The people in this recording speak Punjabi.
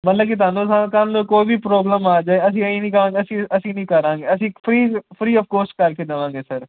ਮਤਲਬ ਕਿ ਤੁਹਾਨੂੰ ਸਰ ਕੱਲ੍ਹ ਨੂੰ ਕੋਈ ਵੀ ਪ੍ਰੋਬਲਮ ਆ ਜਾਵੇ ਅਸੀਂ ਇਹ ਨਹੀਂ ਕਹਾਂਗੇ ਅਸੀਂ ਅਸੀਂ ਨਹੀਂ ਕਰਾਂਗੇ ਅਸੀਂ ਫਰੀ ਫਰੀ ਆਫ ਕੋਸਟ ਕਰਕੇ ਦੇਵਾਂਗੇ ਸਰ